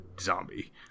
zombie